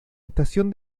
estación